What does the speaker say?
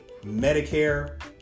Medicare